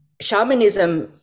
shamanism